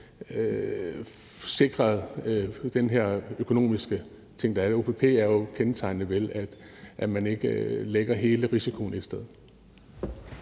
sikret det økonomisk. OPP er jo kendetegnet ved, at man ikke lægger hele risikoen ét sted.